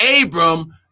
Abram